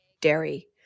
dairy